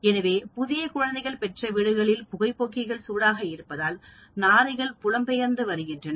எனவே புதிய குழந்தைகளைப் பெற்ற வீடுகளில் புகைபோக்கிகள் சூடாக இருப்பதால் நாரைகள் புலம் பெயர்ந்த வருகின்றன